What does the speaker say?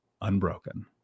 unbroken